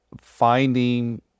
finding